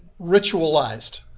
ritualized